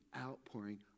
outpouring